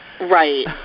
right